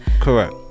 correct